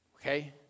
Okay